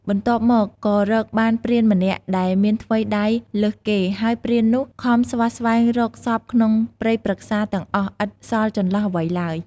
បន្ទាប់មកក៏រកបានព្រានម្នាក់ដែលមានថ្វីដៃលើសគេ ហើយព្រាននោះខំស្វះស្វែងរកសព្វក្នុងព្រៃព្រឹក្សាទាំងអស់ឥតសល់ចន្លោះអ្វីឡើយ។